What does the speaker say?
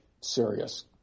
serious